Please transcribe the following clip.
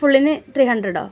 ഫുള്ളിന് three ഹൺഡ്രടോ